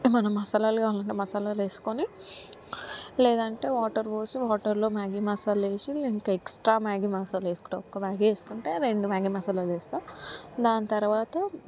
మనం మసాలాలు కావాలంటే మసాలాలేసుకొని లేదంటే వాటర్ పోసి వాటర్లో మ్యాగీ మసాలేసి ఇంకా ఎక్స్ట్రా మ్యాగీ మసాలా వేసి మ్యాగీ వేసుకొని రెండు మ్యాగీ మసాలా వేస్తాను దాని తర్వాత